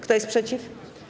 Kto jest przeciw?